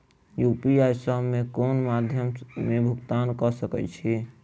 UPI सऽ केँ कुन मध्यमे मे भुगतान कऽ सकय छी?